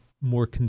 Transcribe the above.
more